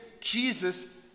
Jesus